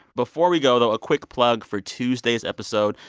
before we go though, a quick plug for tuesday's episode.